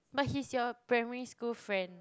but he's your primary school friend